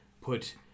Put